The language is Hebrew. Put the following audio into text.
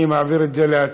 אני מעביר את זה להצבעה,